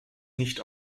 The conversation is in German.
nicht